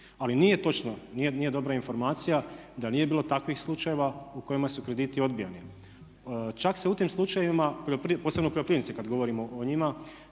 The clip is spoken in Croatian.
ali nije točno, nije dobra informacija da nije bilo takvih slučajeva u kojima su krediti odbijani. Čak se u tim slučajevima, posebno poljoprivrednici kad govorimo o njima